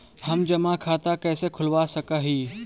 हम जमा खाता कैसे खुलवा सक ही?